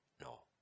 No